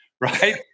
right